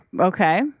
Okay